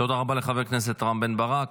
תודה רבה לחבר הכנסת רם בן ברק.